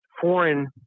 foreign